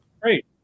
Great